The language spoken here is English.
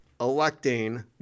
electing